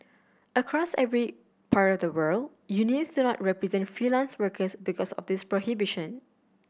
across every part of the world unions do not represent freelance workers because of this prohibition